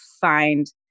find